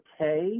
okay